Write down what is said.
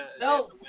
No